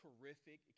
Terrific